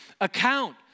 account